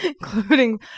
including